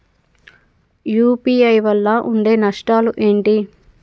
UPI వల్ల ఉండే నష్టాలు ఏంటి??